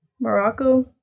Morocco